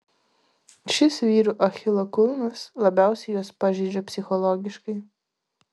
šis vyrų achilo kulnas labiausiai juos pažeidžia psichologiškai